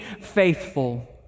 faithful